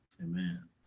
Amen